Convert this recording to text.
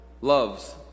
loves